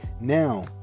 Now